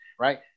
right